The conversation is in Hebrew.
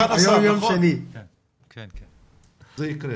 זה יקרה.